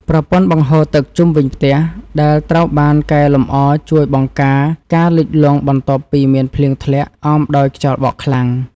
ប្រព័ន្ធបង្ហូរទឹកជុំវិញផ្ទះដែលត្រូវបានកែលម្អជួយបង្ការការលិចលង់បន្ទាប់ពីមានភ្លៀងធ្លាក់អមដោយខ្យល់បក់ខ្លាំង។